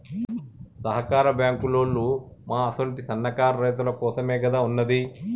సహకార బాంకులోల్లు మా అసుంటి సన్నకారు రైతులకోసమేగదా ఉన్నది